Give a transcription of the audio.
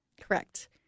Correct